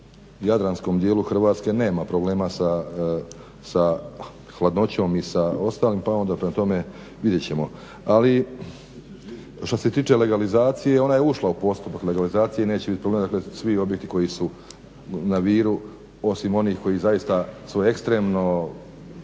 u Jadranskom djelu Hrvatske nema problema sa hladnoćom i sa ostalim. Pa onda prema tome, vidjeti ćemo. Ali šta se tiče legalizacije ona je ušla u postupak legalizacije i neće biti problema, svi objekti koji su na Viru osim onih koji zaista su ekstremno